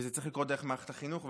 וזה צריך לקרות דרך מערכת החינוך.